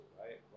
right